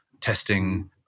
testing